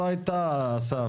אסף?